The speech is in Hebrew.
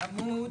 עמוד